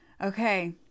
Okay